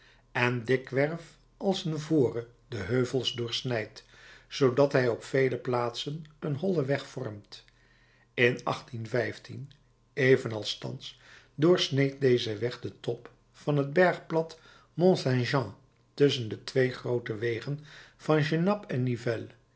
en dikwerf als een vore de heuvels doorsnijdt zoodat hij op vele plaatsen een hollen weg vormt in evenals thans doorsneed deze weg den top van het bergplat mont saint jean tusschen de twee groote wegen van genappe en